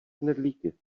knedlíky